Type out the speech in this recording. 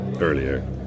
Earlier